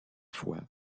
fois